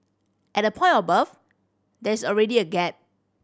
at the point of birth there is already a gap